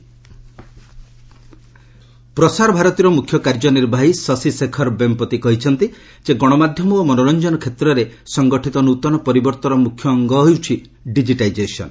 ପ୍ରସାରଭାରତୀ ପ୍ରସାର ଭାରତୀର ମୁଖ୍ୟ କାର୍ଯ୍ୟ ନିର୍ବାହି ଶଶି ଶେଖର ବେମପତି କହିଛନ୍ତି ଯେ ଗଣମାଧ୍ୟମ ଓ ମନୋରଞ୍ଜନ କ୍ଷେତ୍ରରେ ସଂଘଟିତ ନୂତନ ପରିବର୍ତ୍ତନର ମୁଖ୍ୟ ଅଙ୍ଗ ହେଉଛି ଡିକିଟାଲାଇଜେସନ୍